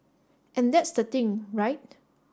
and that's the thing right